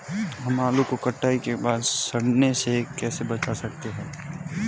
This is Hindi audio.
हम आलू को कटाई के बाद सड़ने से कैसे बचा सकते हैं?